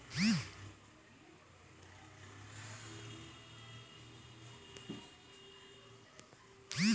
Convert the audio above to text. देश के अर्थव्यवस्था लेली धन के बड़ो काम मानलो जाय छै